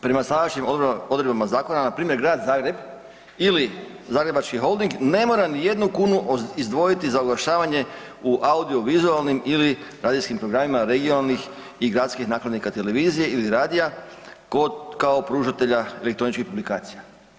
Prema sadašnjim odredbama zakona na primjer grad Zagreb ili Zagrebački holding ne mora ni jednu kunu izdvojiti za oglašavanje u audio vizualnim ili radijskim programima regionalnih i gradskih nakladnika televizije ili radija kao pružanja elektroničkih publikacija.